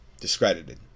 discredited